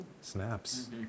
Snaps